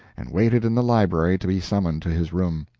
and waited in the library to be summoned to his room.